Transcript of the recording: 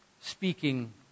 speaking